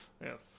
Yes